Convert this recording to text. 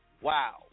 Wow